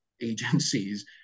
agencies